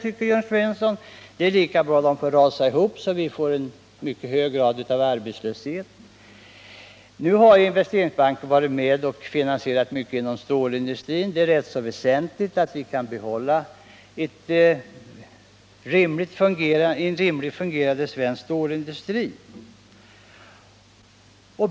Det är tydligen lika bra att de får rasa ihop, så att vi får en högre grad av arbetslöshet än vi nu har — enligt Jörn Svensson. Men Investeringsbanken har varit med om att finansiera stora delar av stålindustrin, och det är ju rätt väsentligt att vi kan få en fungerande svensk stålindustri.